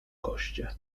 goście